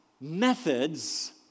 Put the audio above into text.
methods